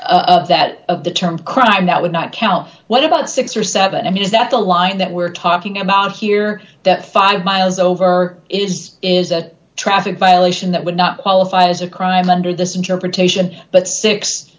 of that the term crime that would not count what about six or seven i mean is that the line that we're talking about here that five miles over is is a traffic violation that would not qualify as a crime under th